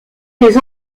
des